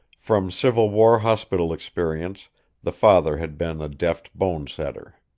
from civil war hospital experience the father had been a deft bonesetter.